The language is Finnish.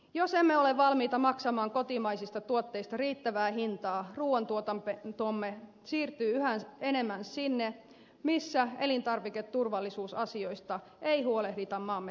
jos emme ole valmiita maksamaan kotimaisista tuotteista riittävää hintaa ruuan tuotantomme siirtyy yhä enemmän sinne missä elintarviketurvallisuusasioista ei huolehdita maamme tavoin